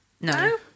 No